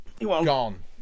Gone